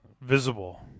visible